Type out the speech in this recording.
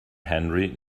henry